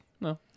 No